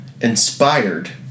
inspired